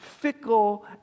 fickle